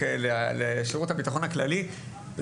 לעשות את המצ'ינג כדי להוציא את המספר.